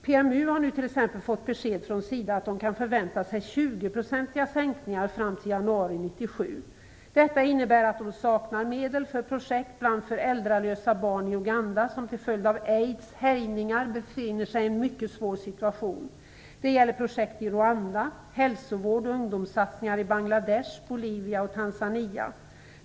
PMU har nu t.ex. fått besked från SIDA om att de kan vänta sig 20-procentiga sänkningar fram till januari 1997. Detta innebär att de saknar medel för projekt bland föräldralösa barn i Uganda som till följd av aids härjningar befinner sig i en mycket svår situation. Det gäller projekt i Rwanda samt hälsovårds och ungdomssatsningar i Bangladesh, Bolivia och Tanzania.